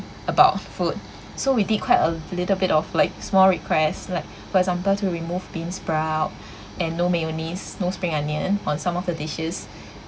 about food so we did quite a little bit of like small requests like for example to remove beansprout and no mayonnaise no spring onion on some of the dishes